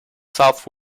south